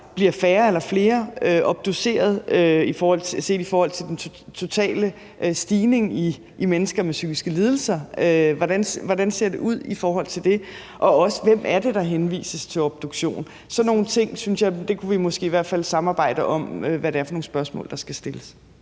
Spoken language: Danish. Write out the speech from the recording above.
bliver færre eller flere obduceret set i forhold til den totale stigning i antallet af mennesker med psykiske lidelser? Hvordan ser det ud i forhold til det? Og hvem er det, der henvises til obduktion? Sådan nogle ting synes jeg måske i hvert fald vi kunne samarbejde om, altså hvad det er for nogle spørgsmål, der skal stilles.